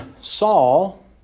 Saul